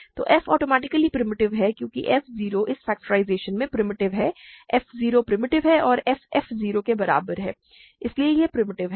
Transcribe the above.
तो f automatically primitive है क्योंकि f 0 इस फेक्टराइज़शन में प्रिमिटिव है f 0 प्रिमिटिव है और f f 0 के बराबर है इसलिए यह प्रिमिटिव है